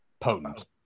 Potent